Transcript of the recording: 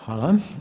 Hvala.